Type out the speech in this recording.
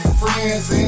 friends